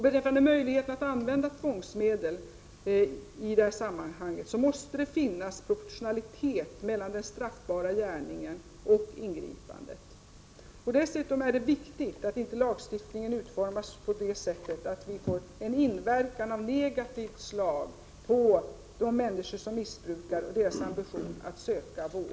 Beträffande möjligheten att använda tvångsmedel i detta sammanhang måste det finnas proportionalitet mellan den straffbara gärningen och ingripandet. Dessutom är det viktigt att inte lagstiftningen utformas så att vi får en inverkan av negativt slag på de människor som missbrukar och på deras ambition att söka vård.